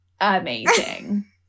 amazing